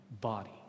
body